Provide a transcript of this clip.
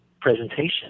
presentation